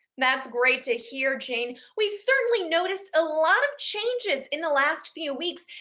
that's great to hear, jane. we've certainly noticed a lot of changes in the last few weeks.